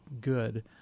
good